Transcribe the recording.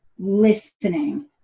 listening